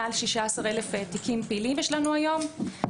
מעל 16,000 תיקים פעילים יש לנו היום,